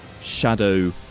shadow